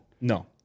No